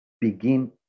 begin